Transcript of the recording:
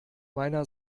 meiner